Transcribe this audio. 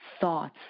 thoughts